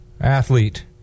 Athlete